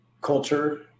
culture